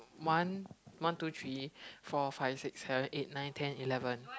one one two three four five six seven eight nine ten eleven